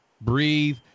Breathe